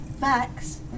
Max